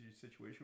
situation